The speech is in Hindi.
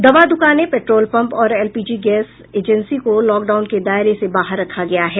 दवा दुकानें पेट्रोल पंप और एलपीजी गैस एजेंसी को लॉकडाउन के दायरे से बाहर रखा गया है